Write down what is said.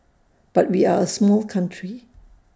but we are A small country